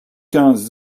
quinze